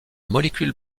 molécule